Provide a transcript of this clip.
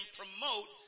promote